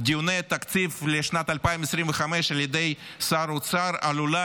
דיוני התקציב לשנת 2025 על ידי שר האוצר עלולה